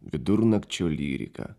vidurnakčio lyrika